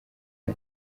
nta